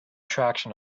traction